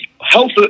Health